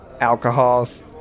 alcohols